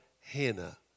Hannah